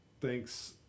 thanks